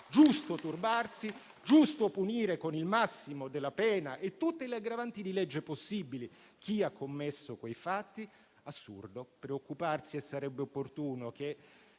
giusto turbarsi; giusto punire con il massimo della pena e tutte le aggravanti di legge possibili chi ha commesso quei fatti; assurdo preoccuparsi. E sarebbe opportuno che